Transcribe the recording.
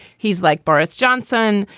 he's like boris johnson.